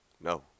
No